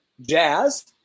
Jazz